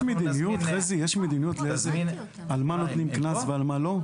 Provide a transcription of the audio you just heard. יש מדיניות להסביר על מה נותנים קנס ועל מה לא?